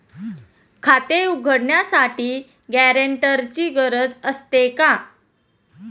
खाते उघडण्यासाठी गॅरेंटरची गरज असते का?